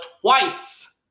twice